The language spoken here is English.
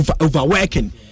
overworking